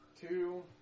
Two